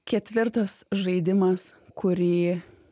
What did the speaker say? ketvirtas žaidimas kurį